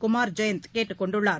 குமார் ஜெயந்த் கேட்டுக் கொண்டுள்ளார்